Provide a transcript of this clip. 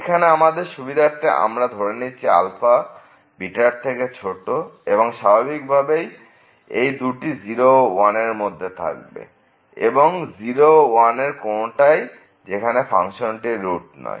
এখানে আমাদের সুবিধার্থে আমরা ধরে নিচ্ছি যে র থেকে ছোট এবং স্বাভাবিক ভাবেই এই দুটি 0 ও 1 এর মধ্যে থাকবে এবং 0 ও 1 কোনটাই যেখানে ফাংশনটির রুট নয়